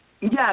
Yes